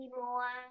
more